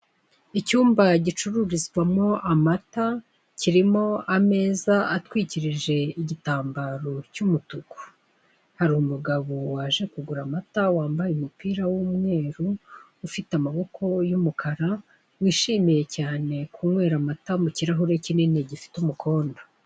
Icyumba gicururizwamo amata kirimo ameza atwikirije igitambaro cy'umutuku. Hari umugabo waje kugura amata wambaye umupira w'umweru ufite amaboko y'umukara, wishimiye cyane kunywera amata mu kirahure kinini gifite umukondo.